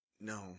No